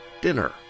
Dinner